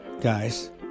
guys